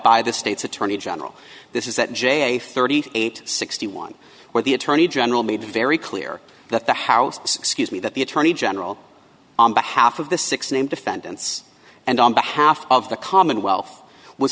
by the state's attorney general this is that j a thirty eight sixty one where the attorney general made very clear that the house excuse me that the attorney general on behalf of the six named defendants and on behalf of the commonwealth was